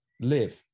live